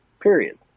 period